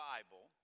Bible